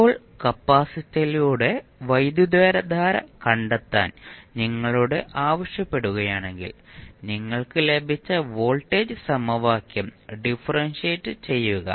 ഇപ്പോൾ കപ്പാസിറ്ററിലൂടെ വൈദ്യുതധാര കണ്ടെത്താൻ നിങ്ങളോട് ആവശ്യപ്പെടുകയാണെങ്കിൽ നിങ്ങൾക്ക് ലഭിച്ച വോൾട്ടേജ് സമവാക്യം ഡിഫറെൻഷിയേറ്റ് ചെയ്യുക